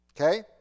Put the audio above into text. Okay